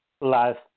last